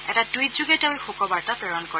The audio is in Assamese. এটা টুইট যোগে তেওঁ এই শোকবাৰ্তা প্ৰেৰণ কৰে